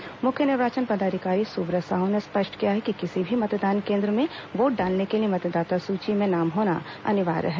मतदान स्पष्टीकरण मुख्य निर्वाचन पदाधिकारी सुब्रत साहू ने स्पष्ट किया है कि किसी भी मतदान केन्द्र में वोट डालने के लिए मतदाता सूची में नाम होना अनिवार्य है